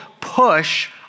push